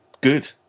good